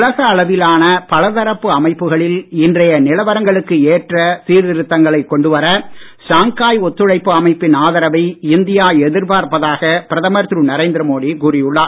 உலக அளவிலான பலதரப்பு அமைப்புகளில் இன்றைய நிலவரங்களுக்கு ஏற்ற சீர்திருத்தங்களை கொண்டு வர ஷாங்காய் ஒத்துழைப்பு அமைப்பின் ஆதரவை இந்தியா எதிர்பார்ப்பதாக பிரதமர் திரு நரேந்திர மோடி கூறி உள்ளார்